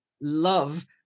love